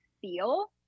feel